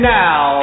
now